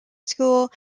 school